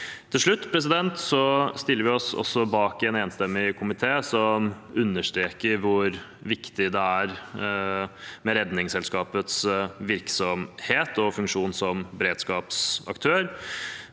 Til slutt stiller vi oss også bak en enstemmig komité som understreker hvor viktig det er med Redningsselskapets virksomhet og funksjon som beredskapsaktør,